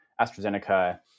AstraZeneca